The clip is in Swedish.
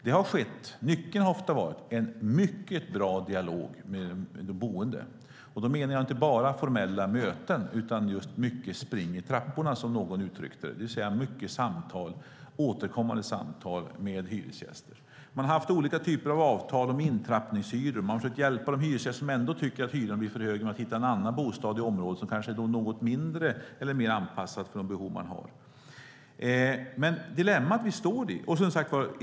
Det har ofta skett en mycket bra dialog med de boende. Då menar jag inte bara formella möten, utan just mycket spring i trapporna, som någon uttryckte det, det vill säga mycket samtal, återkommande samtal, med hyresgäster. Man har haft olika typer av avtal om intrappningshyror. Man har försökt hjälpa de hyresgäster som tycker att hyran blir för hög att hitta en annan bostad i området som kanske är något mindre eller mer anpassad för de behov man har.